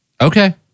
Okay